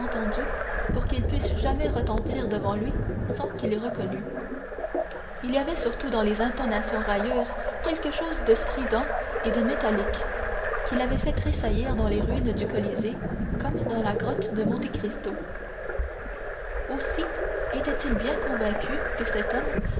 pour qu'ils pussent jamais retentir devant lui sans qu'il les reconnût il y avait surtout dans les intonations railleuses quelque chose de strident et de métallique qui l'avait fait tressaillir dans les ruines du colisée comme dans la grotte de monte cristo aussi était-il bien convaincu que cet homme